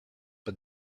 but